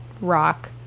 rock